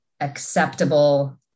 acceptable